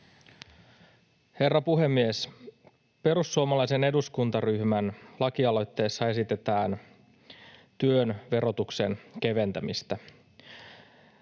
Herra puhemies! Perusuomalaisen eduskuntaryhmän lakialoitteessa esitetään työn verotuksen keventämistä.